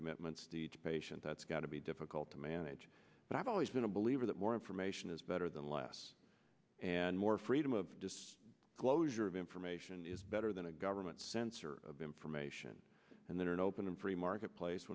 commitments patient that's got to be difficult to manage but i've always been a believer that more information is better than less and more freedom of closure of information is better than a government censor of information and then an open and free market